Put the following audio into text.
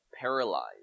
paralyzed